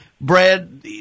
brad